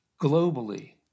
globally